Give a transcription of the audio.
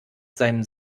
seinem